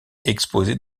exposées